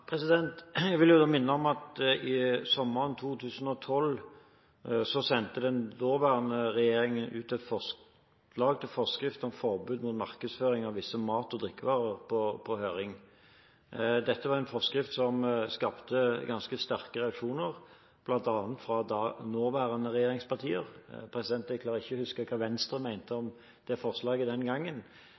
Jeg vil da minne om at sommeren 2012 sendte den daværende regjeringen et forslag til forskrift ut på høring om forbud mot markedsføring av visse mat- og drikkevarer. Dette var en forskrift som skapte ganske sterke reaksjoner, bl.a. fra nåværende regjeringspartier. Jeg klarer ikke huske hva Venstre mente om det forslaget den gangen,